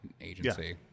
agency